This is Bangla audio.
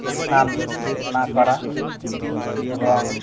স্নান না করা এবং